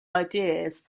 ideas